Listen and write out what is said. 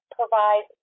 provide